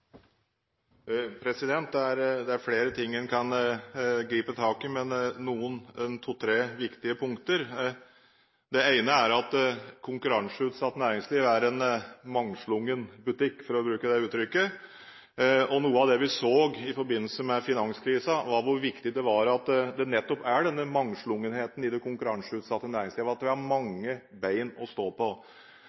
Det er flere ting en kan gripe tak i, men jeg har en to–tre viktige punkter. Det ene er at konkurranseutsatt næringsliv er en mangslungen butikk, for å bruke det uttrykket. Noe av det vi så i forbindelse med finanskrisen, var hvor viktig det var at det er nettopp denne mangslungenheten i det konkurranseutsatte næringsliv, at vi har mange bein å stå på.